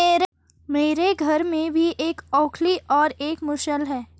मेरे घर में भी एक ओखली और एक मूसल है